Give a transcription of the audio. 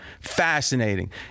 Fascinating